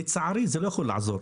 לצערי זה לא יכול לעזור.